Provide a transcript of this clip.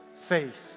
Faith